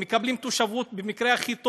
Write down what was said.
הם מקבלים תושבות במקרה הכי טוב.